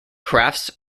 crafts